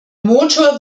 motor